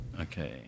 Okay